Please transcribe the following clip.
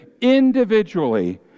individually